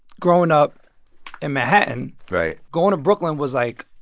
growing up in manhattan. right. going to brooklyn was, like,